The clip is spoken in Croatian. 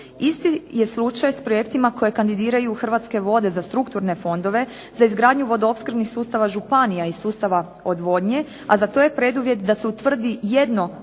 Isti je slučaj s projektima koji kandidiraju Hrvatske vode za strukturne fondove, za izgradnju vodoopskrbnih sustava županija i sustava odvodnje, a za to je preduvjet da se utvrdi jedno